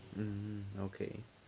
hmm okay